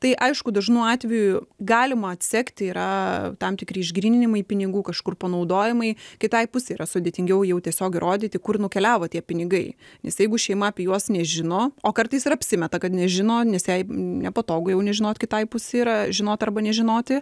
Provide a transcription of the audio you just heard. tai aišku dažnu atveju galima atsekti yra tam tikri išgryninimai pinigų kažkur panaudojimai kitai pusei yra sudėtingiau jau tiesiog įrodyti kur nukeliavo tie pinigai nes jeigu šeima apie juos nežino o kartais ir apsimeta kad nežino nes jai nepatogu jau žinot kitai pusei yra žinoti arba nežinoti